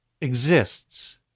exists